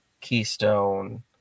Keystone